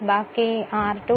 അതിനാൽ അതു മാത്രം എടുക്കുക